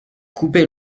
coupé